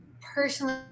personally